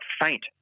faint